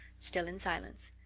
still in silence.